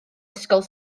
ysgol